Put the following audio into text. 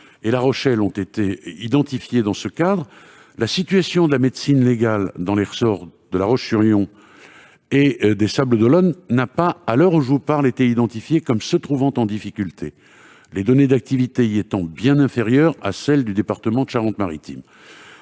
de Poitiers et de La Rochelle ont été identifiés dans ce cadre, la situation de la médecine légale dans les ressorts de La Roche-sur-Yon et des Sables-d'Olonne, à l'heure où je vous parle, n'a pas été identifiée comme se trouvant en difficulté, les données d'activité y étant bien inférieures à celles du département de la Charente-Maritime.